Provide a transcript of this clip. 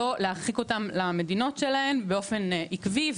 שלא להרחיק אותם למדינות שלהם באופן עקבי,